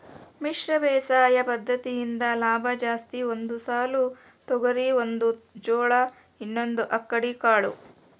ಮಿಶ್ರ ಬೇಸಾಯ ಪದ್ದತಿಯಿಂದ ಲಾಭ ಜಾಸ್ತಿ ಒಂದು ಸಾಲು ತೊಗರಿ ಒಂದು ಜೋಳ ಇನ್ನೊಂದು ಅಕ್ಕಡಿ ಕಾಳು